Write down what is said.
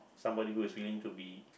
somebody who is willing to be